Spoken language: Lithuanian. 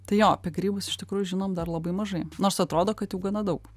tai jo apie grybus iš tikrųjų žinom dar labai mažai nors atrodo kad jau gana daug